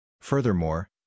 Furthermore